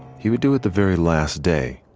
he would do it the very last day.